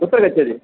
कुत्र गच्छति